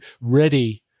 ready